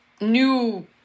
new